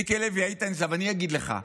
מיקי לוי, אני אגיד לך: